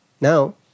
Now